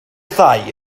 ddau